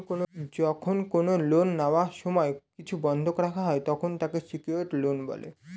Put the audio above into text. যখন কোন লোন নেওয়ার সময় কিছু বন্ধক রাখা হয়, তখন তাকে সিকিওরড লোন বলে